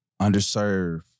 underserved